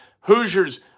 Hoosiers